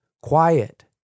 Quiet